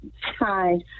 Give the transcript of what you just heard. Hi